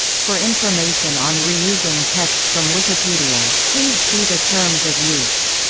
for information on reusing text from wikipedia, please see the terms of use